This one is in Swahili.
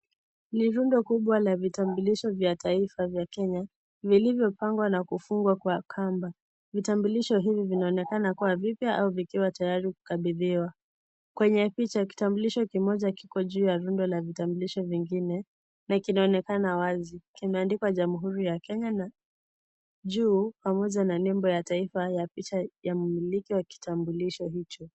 Ni rundo kubwa vya vitambulishi vya taifa vya kenya vilivyo pangwa na kufungwa na kamba. Vitambulisho hivi vinaonekana kuwa vipya au viko tayari kukabidhiwa. Kwenye picha ya kitambulisho kimoja Kiko juu ya rundo ya vitambulisho vingine na kinaonekana wazi kimeandikwa jamhuri ya Kenya na juu pamoja na nembo ya taifa na picha ya mmiliki wa kitambulisho hicho